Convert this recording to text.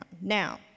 Now